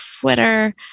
Twitter